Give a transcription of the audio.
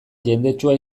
jendetsua